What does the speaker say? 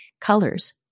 Colors